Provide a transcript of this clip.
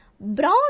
Brown